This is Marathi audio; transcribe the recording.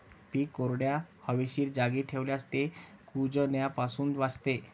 पीक कोरड्या, हवेशीर जागी ठेवल्यास ते कुजण्यापासून वाचते